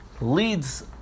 leads